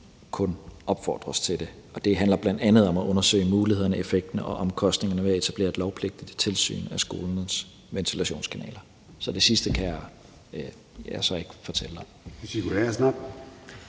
kun opfordres til det. Det handler bl.a. om at undersøge mulighederne, effekten og omkostningerne ved at etablere et lovpligtigt tilsyn af skolernes ventilationskanaler. Så det sidste kan jeg ikke fortælle om.